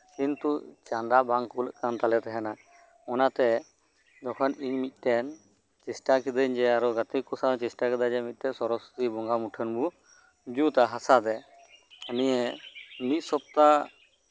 ᱠᱤᱱᱛᱩ ᱪᱟᱸᱫᱟ ᱵᱟᱝ ᱠᱩᱲᱟᱹᱜ ᱠᱟᱱ ᱛᱟᱞᱮ ᱛᱟᱦᱮᱸᱫᱼᱟ ᱚᱱᱟᱛᱮ ᱤᱧ ᱢᱤᱫ ᱴᱮᱱ ᱪᱮᱥᱴᱟ ᱠᱤᱫᱟᱹᱧ ᱡᱮ ᱟᱨ ᱦᱚᱸ ᱜᱟᱛᱮ ᱠᱚ ᱥᱟᱶ ᱪᱮᱥᱴᱟ ᱠᱮᱫᱟᱹᱧ ᱡᱮ ᱢᱤᱫ ᱴᱟᱝ ᱥᱚᱨᱚᱥᱚᱛᱤ ᱵᱚᱸᱜᱟ ᱢᱩᱴᱷᱟᱹᱱ ᱵᱚᱱ ᱡᱩᱛᱟ ᱦᱟᱥᱟᱛᱮ ᱱᱤᱭᱟᱹ ᱢᱤᱫ ᱥᱚᱯᱛᱟ